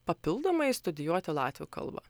papildomai studijuoti latvių kalba